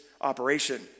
operation